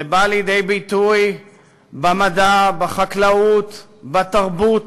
זה בא לידי ביטוי במדע, בחקלאות, בתרבות,